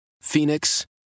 Phoenix